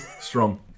strong